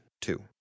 two